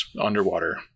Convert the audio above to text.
underwater